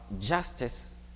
justice